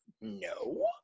no